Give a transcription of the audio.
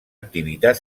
activitat